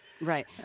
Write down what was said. Right